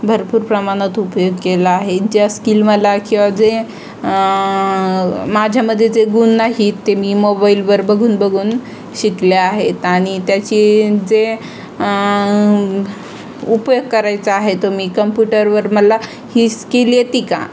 भरपूर प्रमाणात उपयोग केला आहे ज्या स्किल मला किंवा जे माझ्यामध्ये जे गुण नाहीत ते मी मोबाईलवर बघून बघून शिकले आहेत आणि त्याची जे उपयोग करायचा आहे तो तुम्ही कम्प्युटरवर मला ही स्किल येते का